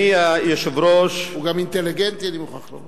הוא גם אינטליגנטי, אני מוכרח לומר.